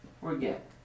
forget